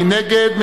מי נגד?